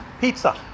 pizza